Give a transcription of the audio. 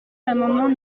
l’amendement